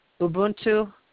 Ubuntu